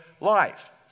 life